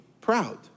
proud